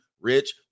rich